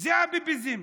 זה הביביזם.